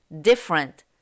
different